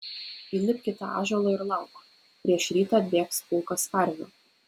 įlipk į tą ąžuolą ir lauk prieš rytą atbėgs pulkas karvių